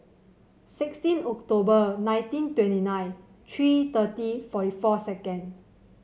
sixteen October nineteen twenty nine three thirty forty four second